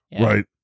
right